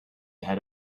had